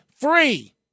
free